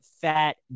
fat